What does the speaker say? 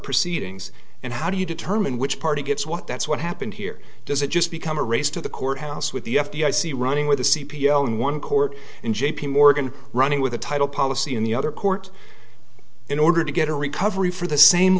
proceedings and how do you determine which party gets what that's what happened here does it just become a race to the courthouse with the f b i see running with the c p o in one court in j p morgan running with a title policy in the other court in order to get a recovery for the same